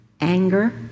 anger